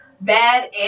bad